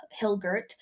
Hilgert